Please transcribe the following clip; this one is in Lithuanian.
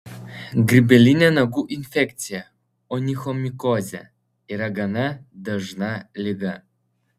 grybelinė nagų infekcija onichomikozė yra gana dažna liga